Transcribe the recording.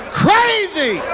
crazy